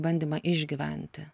bandymą išgyventi